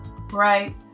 Right